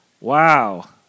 Wow